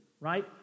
right